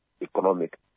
economic